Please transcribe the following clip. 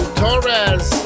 torres